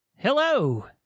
Hello